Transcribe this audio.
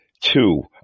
Two